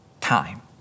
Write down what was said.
Time